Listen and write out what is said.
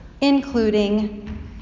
including